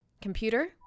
Computer